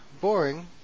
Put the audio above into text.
boring